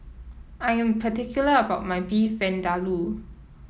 I am particular about my Beef Vindaloo